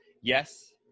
yes